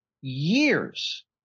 years